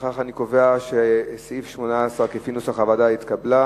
לפיכך אני קובע שסעיף 18 כנוסח הוועדה התקבל.